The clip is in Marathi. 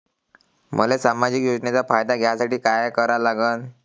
मले सामाजिक योजनेचा फायदा घ्यासाठी काय करा लागन?